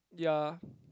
ya